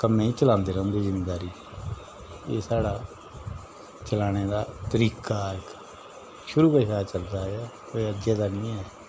कम्मै गी चलांदे रौंह्दे जिमींदारी एह् साढ़ा चलाने दा तरीका इक शुरू कशा चलदा आया एह् अज्जै दा नी ऐ